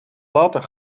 later